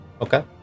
Okay